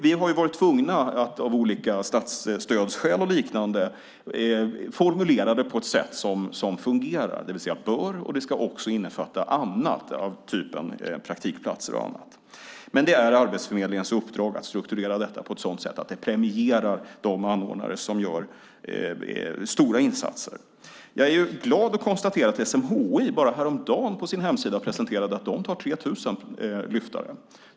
Vi har av olika statsstödsskäl och liknande varit tvungna att formulera det på ett sätt som fungerar, det vill säga "bör". Det ska också innefatta "annat", av typen praktikplatser och annat. Men det är Arbetsförmedlingens uppdrag att strukturera detta på ett sådant sätt att det premierar de anordnare som gör stora insatser. Jag är glad att kunna konstatera att SMHI bara häromdagen på sin hemsida presenterade att de tar emot 3 000 Lyftare.